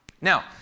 Now